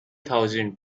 thousand